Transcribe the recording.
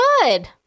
Good